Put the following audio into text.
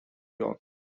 york